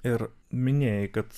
ir minėjai kad